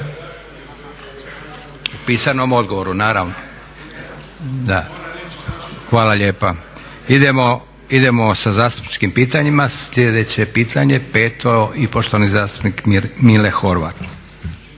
U pisanom odgovoru, naravno. Da. Hvala lijepa. **Leko, Josip (SDP)** Idemo sa zastupničkim pitanjima. Sljedeće je pitanje peto i poštovani zastupnik Mile Horvat.